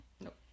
Nope